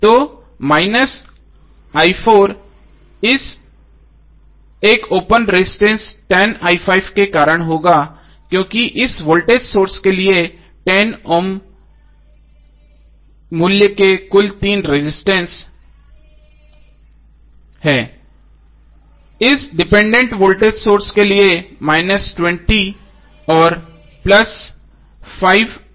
तो इस एक ओपन रेजिस्टेंस के कारण होगा क्योंकि इस वोल्टेज सोर्स के लिए 10 ओम मूल्य के कुल 3 रजिस्टेंस हैं इस डिपेंडेंट वोल्टेज सोर्स के लिए और हैं